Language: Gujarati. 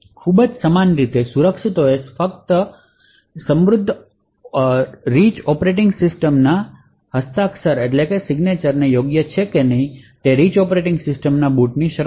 ખૂબ જ સમાન રીતે સુરક્ષિત ઓએસ રીચ ઑપરેટિંગ સિસ્ટમ ના હસ્તાક્ષર યોગ્ય છે કે નહીં તે જોયને તે રીચ ઑપરેટિંગ સિસ્ટમ ના બૂટની શરૂઆત કરે છે